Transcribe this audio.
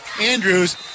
Andrews